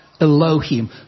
Elohim